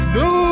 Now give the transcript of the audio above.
no